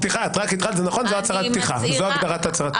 התחלת זה נכון, זו הגדרת הצהרת פתיחה.